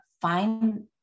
find